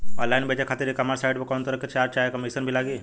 Online बेचे खातिर e commerce site पर कौनोतरह के चार्ज चाहे कमीशन भी लागी?